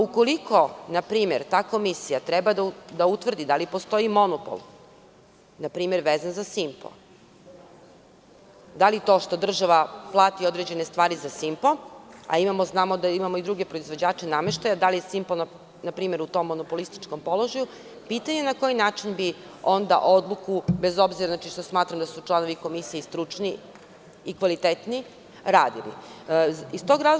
Ukoliko npr. ta komisija treba da utvrdi da li postoji monopol vezan za „Simpo“, da li to što država plati određene stvari za „Simpo“, a znamo da imamo i druge proizvođače nameštaja, da li „Simpo“ u tommonopolističkompoložaju, onda je pitanje – na koji način bi onda odluku, bez obzira što smatram da su članovi Komisije i stručni i kvalitetni, doneli?